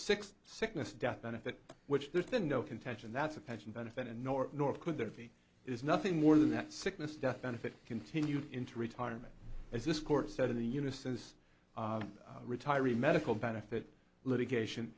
six sickness death benefit which there's been no contention that's a pension benefit and nor nor could there be is nothing more than that sickness death benefit continued into retirement as this court said in the unisys retiree medical benefit litigation